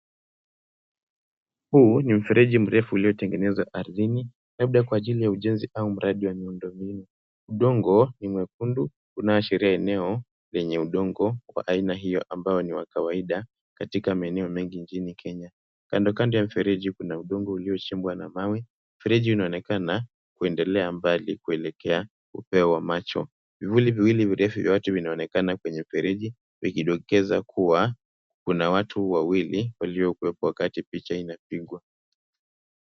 Huu ni mfereji mrefu uliotengenezwa ardhini labda kwa ajili ya ujenzi au mradi wa miundombinu. Udongo ni mwekundu unaoashiria eneo lenye udongo wa aina hiyo ambao ni wa kawaida katika maeneo mengi mjini Kenya. Kando kando ya mfereji kuna udongo uliochimbwa na mawe. Mfereji unaonekana kuendelea mbali kuelekea upeo wa macho. Vivuli viwili virefu vya watu vinaonekana kwenye mfereji vikidokeza kuwa kuna watu wawili waliokuwepo wakati picha inapigwa.